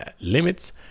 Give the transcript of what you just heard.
limits